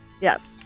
Yes